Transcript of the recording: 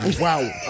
Wow